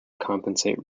compensate